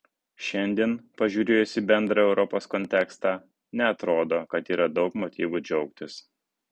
šiandien pažiūrėjus į bendrą europos kontekstą neatrodo kad yra daug motyvų džiaugtis